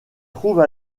trouve